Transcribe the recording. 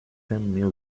theme